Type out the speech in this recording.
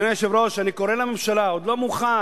אדוני היושב-ראש, אני קורא לממשלה: עוד לא מאוחר,